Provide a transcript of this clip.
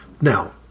Now